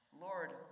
Lord